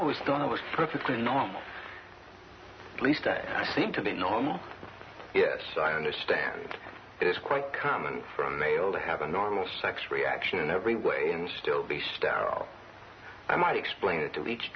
always thought i was perfectly normal least that seemed to be normal yes i understand that it's quite common for a male to have a normal sex reaction in every way and still be sterile i might explain it to leech